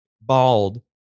bald